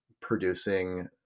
producing